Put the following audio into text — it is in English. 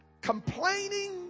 complaining